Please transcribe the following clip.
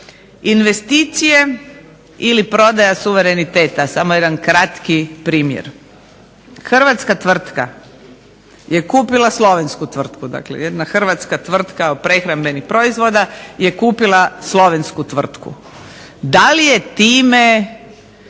Investicije ili prodaja suvereniteta – samo jedan kratki primjer. Hrvatska tvrtka je kupila slovensku tvrtku, dakle jedna hrvatska tvrtka prehrambenih proizvoda je kupila slovensku tvrtku. Da li je time